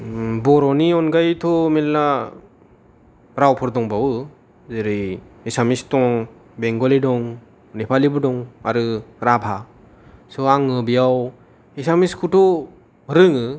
बर'नि अनगायैथ' मेरल्ला रावफोर दंबावो जेरै एसामिस दं बेंगलि दं नेपालिबो दं आरो राभा स' आङो बेयाव एसामिसखौहायथ' रोङो